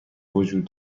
وجود